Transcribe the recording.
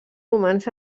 humans